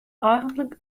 eigentlik